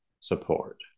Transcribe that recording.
support